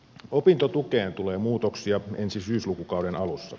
opintotukeen tulee muutoksia ensi syyslukukauden alussa